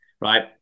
right